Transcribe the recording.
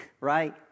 right